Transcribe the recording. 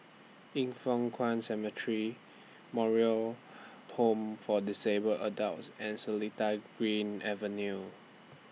Yin Foh Kuan Cemetery Moral Home For Disabled Adults and Seletar Green Avenue